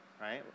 right